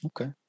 Okay